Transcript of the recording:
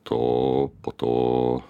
to po to